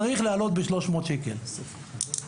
צריך להעלות ב-300 שקל לילד.